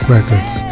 Records